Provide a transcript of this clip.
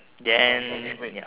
then ya